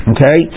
Okay